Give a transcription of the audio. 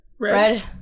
Red